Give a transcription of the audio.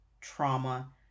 trauma